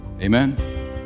Amen